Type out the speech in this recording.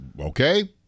okay